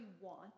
want